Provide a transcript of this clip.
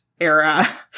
era